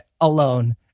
alone